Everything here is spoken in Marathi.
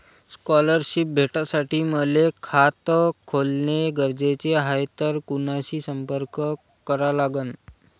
स्कॉलरशिप भेटासाठी मले खात खोलने गरजेचे हाय तर कुणाशी संपर्क करा लागन?